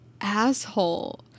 asshole